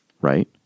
Right